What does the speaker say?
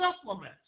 supplements